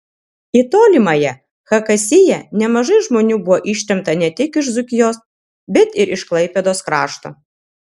į tolimąją chakasiją nemažai žmonių buvo ištremta ne tik iš dzūkijos bet ir iš klaipėdos krašto